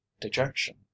dejection